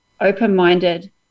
open-minded